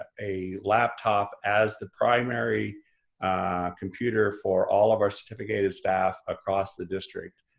ah a laptop as the primary computer for all of our certificated staff across the district,